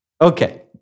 Okay